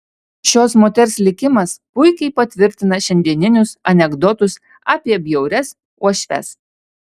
šios moters likimas puikiai patvirtina šiandieninius anekdotus apie bjaurias uošves